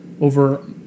over